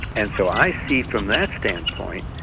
and so i see from that standpoint,